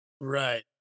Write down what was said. Right